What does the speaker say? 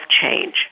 change